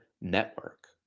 network